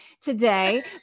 today